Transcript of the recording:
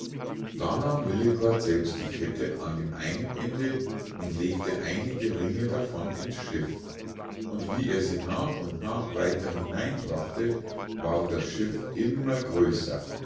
da nahm lillekort selbst die kette an dem einen ende und legte einige ringe davon ins schiff und wie er sie nach und nach weiter hineinbrachte ward das schiff immer größer